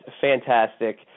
fantastic